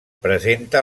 presenta